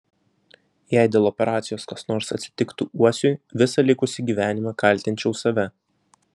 jei dėl operacijos kas nors atsitiktų uosiui visą likusį gyvenimą kaltinčiau save